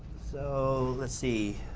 so, let's see.